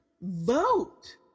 Vote